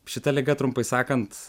šita liga trumpai sakant